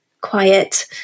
quiet